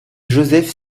joseph